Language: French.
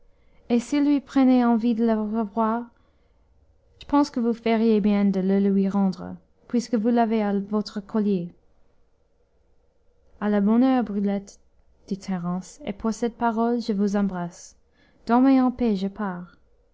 et s'il lui prenait envie de le ravoir je pense que vous feriez bien de le lui rendre puisque vous l'avez à votre collier à la bonne heure brulette dit thérence et pour cette parole je vous embrasse dormez en paix je pars